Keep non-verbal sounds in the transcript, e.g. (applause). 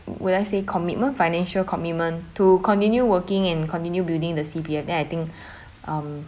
well I say commitment financial commitment to continue working and continue building the C_P_F then I think (breath) um